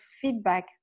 feedback